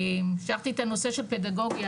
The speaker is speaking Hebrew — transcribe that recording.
השארתי את הנושא של פדגוגיה,